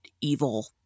evil